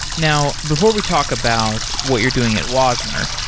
now before we talk about what you're doing at wasmer,